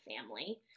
family